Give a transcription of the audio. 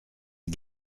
les